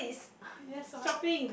yes what